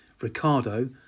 Ricardo